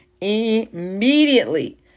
Immediately